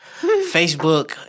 Facebook